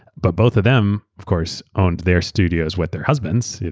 but both of them, of course, owned their studios with their husbands,